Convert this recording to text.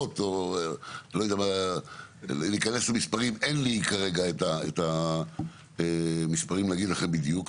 אין לי את המספרים המדויקים.